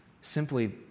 simply